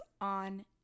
on